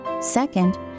Second